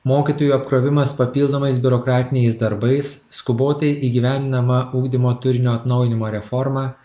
mokytojų apkrovimas papildomais biurokratiniais darbais skubotai įgyvendinama ugdymo turinio atnaujinimo reforma